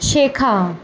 শেখা